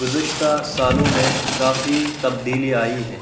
گزشتہ سالوں میں کافی تبدیلی آئی ہے